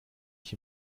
ich